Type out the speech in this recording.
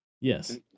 Yes